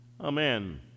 Amen